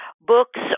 books